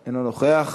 יש כמה חברי כנסת.